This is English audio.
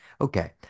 Okay